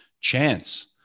chance